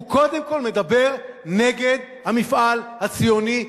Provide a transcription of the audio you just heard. הוא קודם כול מדבר נגד המפעל הציוני,